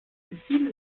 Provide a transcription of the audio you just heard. viele